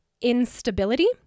instability